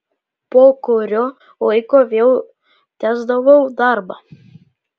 po kurio laiko vėl tęsdavau darbą